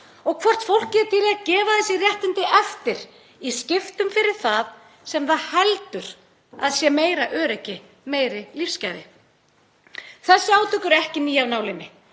og hvort fólkið er til í að gefa þessi réttindi eftir í skiptum fyrir það sem það heldur að sé meira öryggi, meiri lífsgæði. Þessi átök eru ekki ný af nálinni.